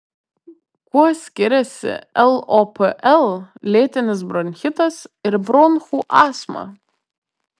kuo skiriasi lopl lėtinis bronchitas ir bronchų astma